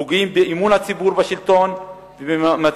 פוגעים באמון הציבור בשלטון ובמאמצי